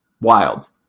Wild